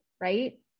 right